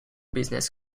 business